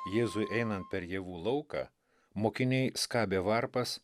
jėzui einant per javų lauką mokiniai skabė varpas